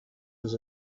his